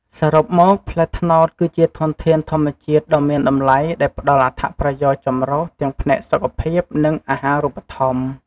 សរុបមក ផ្លែត្នោតគឺជាធនធានធម្មជាតិដ៏មានតម្លៃដែលផ្តល់អត្ថប្រយោជន៍ចម្រុះទាំងផ្នែកសុខភាព និងអាហារូបត្ថម្ភ។